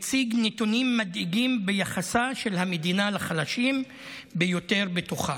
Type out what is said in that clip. מציג נתונים מדאיגים ביחסה של המדינה לחלשים ביותר בתוכה.